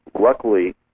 luckily